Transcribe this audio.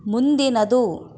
ಮುಂದಿನದು